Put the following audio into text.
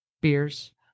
Beers